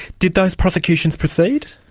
did those prosecutions proceed?